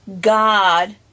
God